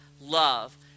love